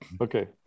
Okay